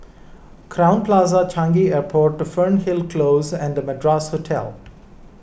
Crowne Plaza Changi Airport Fernhill Close and Madras Hotel